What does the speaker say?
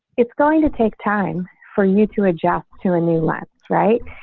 it's going to take time for you to adjust to a new level. right.